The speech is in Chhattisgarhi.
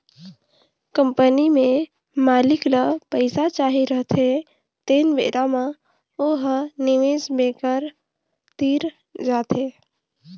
कंपनी में मालिक ल पइसा चाही रहथें तेन बेरा म ओ ह निवेस बेंकर तीर जाथे